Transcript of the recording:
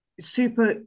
super